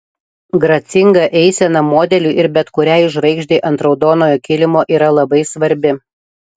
gracinga eisena modeliui ir bet kuriai žvaigždei ant raudonojo kilimo yra labai svarbi